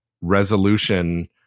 Resolution